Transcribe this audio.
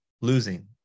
losing